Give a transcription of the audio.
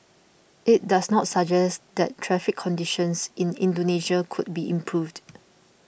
it does also suggest that traffic conditions in Indonesia could be improved